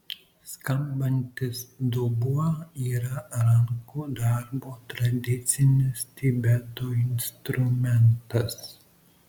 skambantis dubuo yra rankų darbo tradicinis tibeto instrumentas